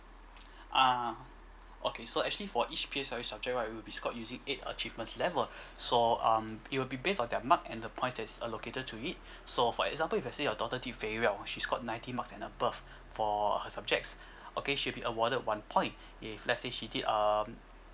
ah okay so actually for each pearl's survey subject what are you it's scored using eight achievement level so um it will be based on their mark and the points that's allocated to it so for example if you say your daughter did very well ah she's scored ninety marks and above for her subjects okay she'd be awarded one point if let's say she did um